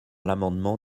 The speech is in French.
l’amendement